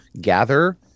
gather